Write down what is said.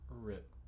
Rip